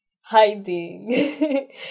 hiding